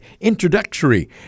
introductory